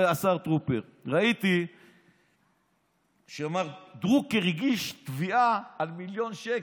השר טרופר: ראיתי שמר דרוקר הגיש תביעה על מיליון שקל,